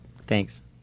Thanks